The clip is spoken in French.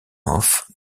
off